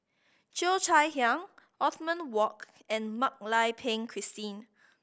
Cheo Chai Hiang Othman Wok and Mak Lai Peng Christine